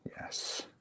Yes